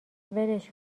ولش